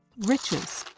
riches,